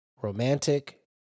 romantic